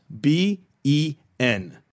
b-e-n